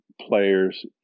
players